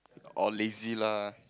orh lazy lah